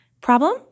Problem